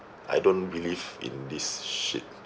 I don't believe in this shit